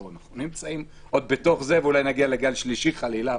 אנחנו נמצאים עוד בתוך זה ואולי נגיע לגל שלישי חלילה,